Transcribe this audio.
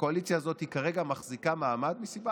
הקואליציה הזאת כרגע מחזיקה מעמד מסיבה